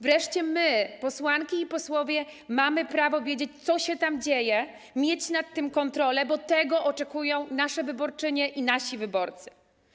Wreszcie my, posłanki i posłowie, mamy prawo wiedzieć, co się tam dzieje, mieć nad tym kontrolę, bo tego oczekują nasze wyborczynie i nasi wyborcy.